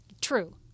True